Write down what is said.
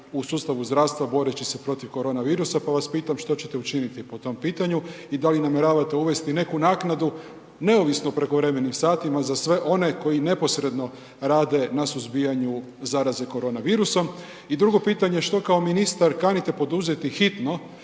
u sustavu zdravstva boreći se protiv koronavirusa, pa vas pitam što ćete učiniti po tom pitanju i da li namjeravate uvesti neku naknadu neovisno o prekovremenim satima za sve one koji neposredno rade na suzbijanju zaraze koronavirusom? I drugo pitanje, što kao ministar kanite poduzeti hitno